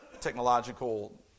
technological